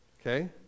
Okay